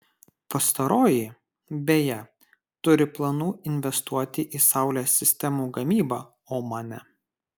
pastaroji beje turi planų investuoti į saulės sistemų gamybą omane